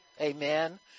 Amen